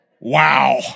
Wow